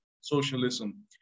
socialism